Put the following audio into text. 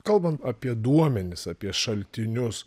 kalbant apie duomenis apie šaltinius